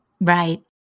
Right